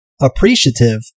appreciative